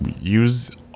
use